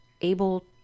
able